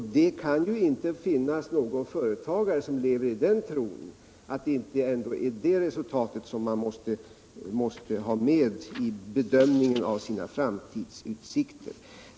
Det kan inte finnas någon företagare som lever i den tron att man inte måste ha med det resultatet i bedömningen av sina framtidsutsikter!